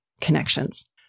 connections